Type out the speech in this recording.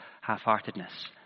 half-heartedness